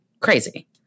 Crazy